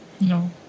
No